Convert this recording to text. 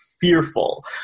fearful